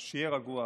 שיהיה רגוע.